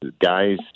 guys